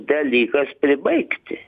dalykas pribaigti